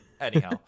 Anyhow